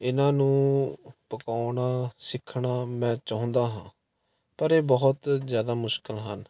ਇਹਨਾਂ ਨੂੰ ਪਕਾਉਣਾ ਸਿੱਖਣਾ ਮੈਂ ਚਾਹੁੰਦਾ ਹਾਂ ਪਰ ਇਹ ਬਹੁਤ ਜ਼ਿਆਦਾ ਮੁਸ਼ਕਿਲ ਹਨ